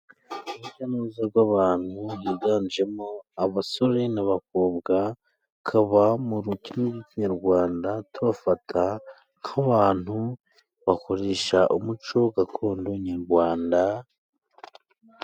Urujya n'uruza rw'abantu biganjemo abasore n'abakobwa, tukaba mu muco nyarwanda, tubafata nk'abantu bakoresha umuco gakondo nyarwanda.